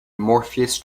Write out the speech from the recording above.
morpheus